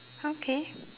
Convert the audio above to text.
okay